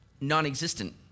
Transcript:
non-existent